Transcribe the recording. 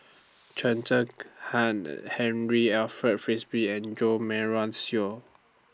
Chen Zekhan Henri Alfred Frisby and Jo Marion Seow